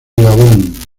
gabón